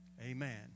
Amen